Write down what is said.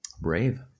Brave